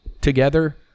together